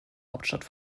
hauptstadt